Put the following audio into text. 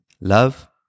love